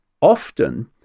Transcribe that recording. often